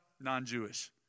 Non-Jewish